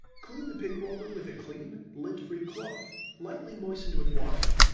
clean the pick roller with a clean, lint-free cloth lightly moistened with water.